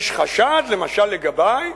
יש חשד, למשל, לגבי,